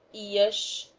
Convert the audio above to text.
e s,